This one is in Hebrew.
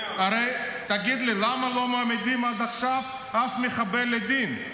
תגיד לי, למה עד עכשיו לא העמידו אף מחבל לדין?